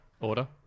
Order